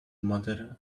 mother